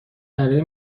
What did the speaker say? برای